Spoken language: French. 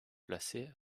placées